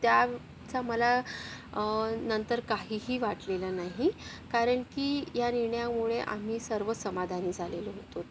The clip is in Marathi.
त्याचा मला नंतर काहीही वाटलेलं नाही कारण की या निर्णयामुळे आम्ही सर्व समाधानी झालेलो होतो